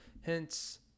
Hence